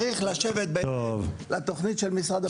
צריך לשבת בהתאם לתוכנית משרד הפנים.